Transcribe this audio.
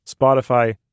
Spotify